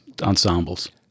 ensembles